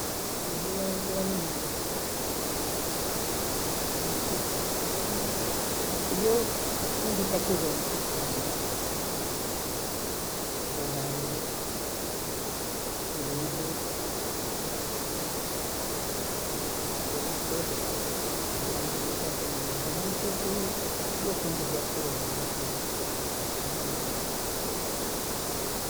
Fijye fyali mahe neka muli mbojiwa, unishushe yaani raa siyoo shingisha kibho nisuunika mwili wangu mgeni, ilifuurahi mwili na kinolwa angojoo, kilembwe handikachi ya kilembwe mwili upate nguvu, nishukuruche achilia mwili upate nguvu naikiwa siwezi piga simu zipakio rokuchi, uchanika mimu.